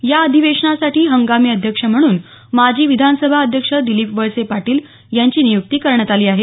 या अधिवेशनासाठी हंगामी अध्यक्ष म्हणून माजी विधानसभा अध्यक्ष दिलीप वळसे पाटील यांची नियुक्ती करण्यात आली आहे